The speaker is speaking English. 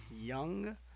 Young